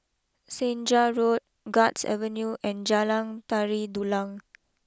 Senja Road Guards Avenue and Jalan Tari Dulang